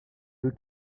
deux